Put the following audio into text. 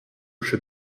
chefs